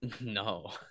No